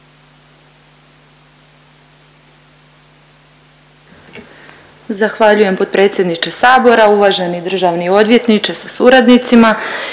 Zahvaljujem potpredsjedniče sabora, uvaženi državni odvjetniče sa suradnicima.